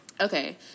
okay